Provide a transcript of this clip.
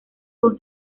con